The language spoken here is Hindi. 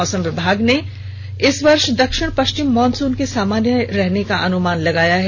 मौसम विभाग ने इस वर्ष दक्षिण पश्चिम मॉनसून के सामान्य रहने का अनुमान लगाया है